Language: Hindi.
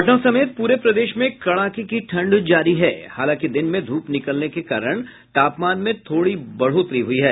पटना समेत पूरे प्रदेश में कड़ाके की ठंड जारी है हालांकि दिन में धूप निकले के कारण तापमान में थोड़ी बढ़ोतरी हुई है